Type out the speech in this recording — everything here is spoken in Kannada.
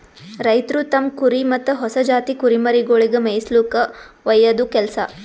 ರೈತ್ರು ತಮ್ಮ್ ಕುರಿ ಮತ್ತ್ ಹೊಸ ಜಾತಿ ಕುರಿಮರಿಗೊಳಿಗ್ ಮೇಯಿಸುಲ್ಕ ಒಯ್ಯದು ಕೆಲಸ